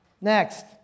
Next